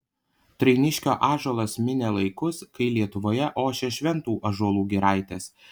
trainiškio ąžuolas minė laikus kai lietuvoje ošė šventų ąžuolų giraitės